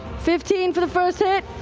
fifteen for the first hit.